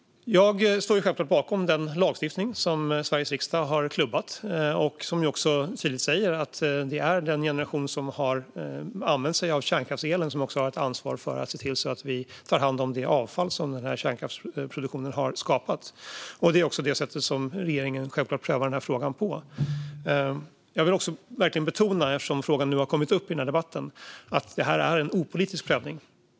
Jag står självklart bakom den lagstiftning som Sveriges riksdag har klubbat igenom och som också tydligt säger att det är den generation som har använt sig av kärnkraftselen som också har ett ansvar för att se till att ta hand om det avfall som denna kärnkraftsproduktion har skapat. Det är självklart också på detta sätt som regeringen prövar denna fråga. Jag vill också verkligen betona, eftersom frågan nu har kommit upp i debatten, att detta är en opolitisk prövning.